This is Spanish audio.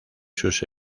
sus